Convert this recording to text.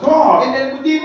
God